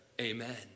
Amen